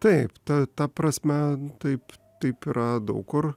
taip ta ta prasme taip taip yra daug kur